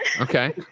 Okay